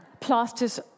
Plasters